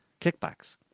kickbacks